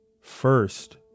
first